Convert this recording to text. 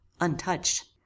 untouched